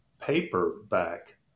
paperback